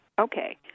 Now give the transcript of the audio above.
Okay